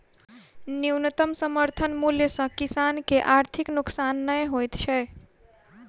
न्यूनतम समर्थन मूल्य सॅ किसान के आर्थिक नोकसान नै होइत छै